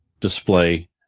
display